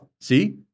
see